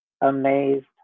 amazed